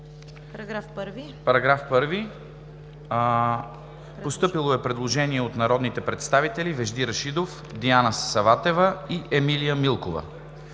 По § 1 е постъпило предложение от народните представители Вежди Рашидов, Диана Саватева и Емилия Милкова.